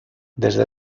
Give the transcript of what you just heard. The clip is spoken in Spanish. desde